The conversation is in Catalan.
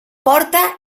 porta